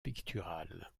pictural